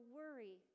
worry